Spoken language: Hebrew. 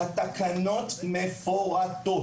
התקנות מפורטות,